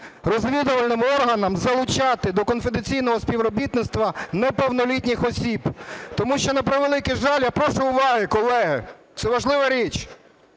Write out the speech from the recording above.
розвідувальним органам залучати до конфіденційного співробітництва неповнолітніх осіб. Тому що, на превеликий жаль, – я прошу уваги, колеги, це важлива річ,